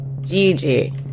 Gigi